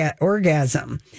orgasm